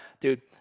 dude